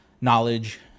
knowledge